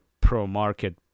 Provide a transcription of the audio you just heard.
pro-market